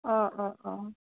অ অ অ